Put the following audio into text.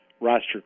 roster